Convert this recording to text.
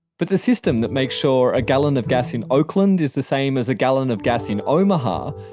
but the system that makes sure a gallon of gas in oakland is the same as a gallon of gas in omaha.